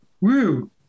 Woo